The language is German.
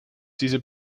diese